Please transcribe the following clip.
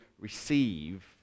receive